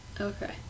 Okay